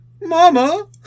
Mama